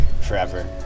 forever